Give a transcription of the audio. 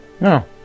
No